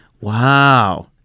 wow